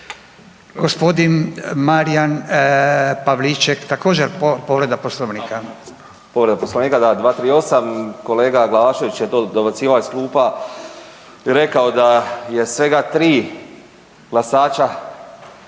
Gospodin Marijan Pavliček također povreda Poslovnika.